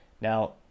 Now